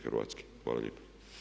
Hvala lijepa.